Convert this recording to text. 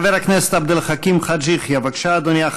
חבר הכנסת עבד אל חכים חאג' יחיא, בבקשה, אדוני.